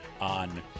on